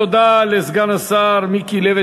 תודה לסגן השר מיקי לוי,